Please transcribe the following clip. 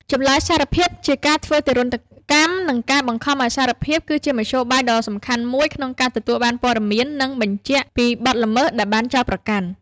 ចម្លើយសារភាពគឺជា ការធ្វើទារុណកម្ម និងការបង្ខំឱ្យសារភាព គឺជាមធ្យោបាយដ៏សំខាន់មួយក្នុងការទទួលបានព័ត៌មាន និង "បញ្ជាក់" ពីបទល្មើសដែលបានចោទប្រកាន់។